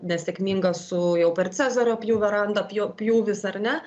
nesėkminga su jau per cezario pjūvio randą pjo pjūvis ar ne